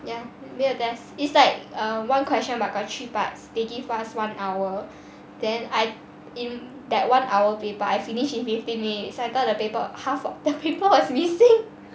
ya 没有 test it's like err one question but got three parts they give us one hour then I in that one hour paper I finish in fifteen minutes then I thought the paper half the paper was missing